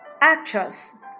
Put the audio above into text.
actress